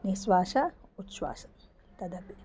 निश्वास उच्वासः तदपि